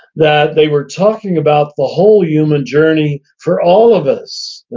that they were talking about the whole human journey for all of us,